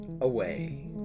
away